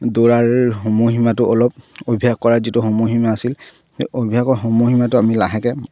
দৌৰাৰ সময় সীমাটো অলপ অভ্যাস কৰাাৰ যিটো সময় সীমা আছিল সেই অভ্যাসৰ সময় সীমাটো আমি লাহেকে